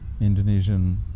Indonesian